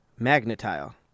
magnetile